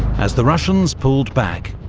as the russians pulled back,